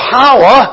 power